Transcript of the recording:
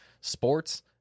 sports